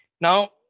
Now